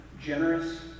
generous